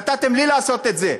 נתתם לי לעשות את זה,